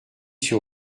sur